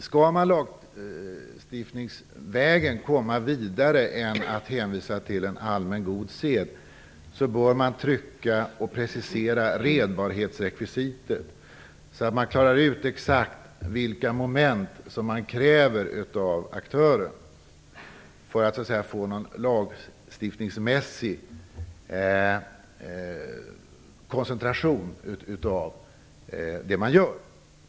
Skall man lagstiftningsvägen komma längre än att hänvisa till en allmän god sed bör man trycka på och precisera redbarhetsrekvisitet så att man klarar ut exakt vilka moment man kräver av aktören. Då får man en lagstiftningsmässig koncentration av det man gör.